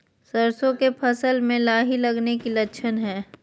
सरसों के फसल में लाही लगे कि लक्षण हय?